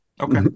Okay